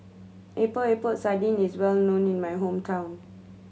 Epok Epok Sardin is well known in my hometown